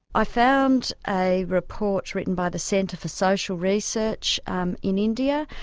i found a report written by the centre for social research um in india,